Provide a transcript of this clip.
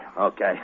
Okay